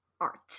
art